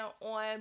on